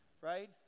right